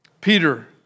Peter